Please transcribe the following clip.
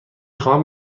خواهم